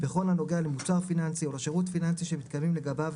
בכל הנוגע למוצר פיננסי או לשירות פיננסי שמתקיימים לגביו